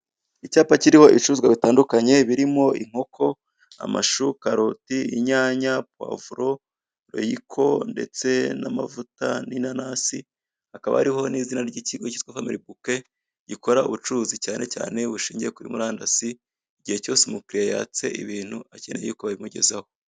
Icyapa kiriho ibicuruzwa bitandukanye birimo inkoko, amashu, karoti, inyanya, pavuro, royiko ndetse n'amavuta n'inanasi, hakaba hariho n'izina ry'ikigo cyitwa Family Bouquet, gikora ubucuruzi cyane cyane bushingiye kuri murandasi, igihe cyose umukiriya yatse ibintu akeneye yuko yabimugezaho.